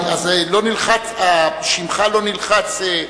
שמך לא נלחץ.